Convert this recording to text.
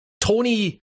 tony